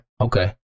Okay